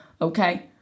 Okay